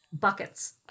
Buckets